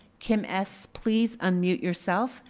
kim s please unmute yourself,